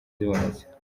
zibonetse